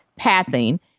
pathing